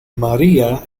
maria